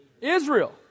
israel